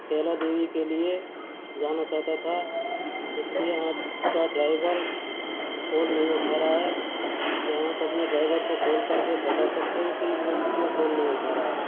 कैला देवी के लिए जाना चाहता था इस लिए आप का ड्राइवर कॉल नहीं उठा रहा है क्या आप अपने ड्राइवर को कॉल कर के बता सकते हैं कि वह क्यों फ़ोन नहीं उठा रहा है